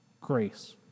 grace